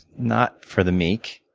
not for the meek.